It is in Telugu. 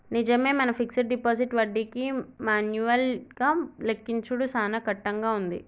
నిజమే మన ఫిక్స్డ్ డిపాజిట్ వడ్డీకి మాన్యువల్ గా లెక్కించుడు సాన కట్టంగా ఉంది